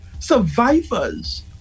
survivors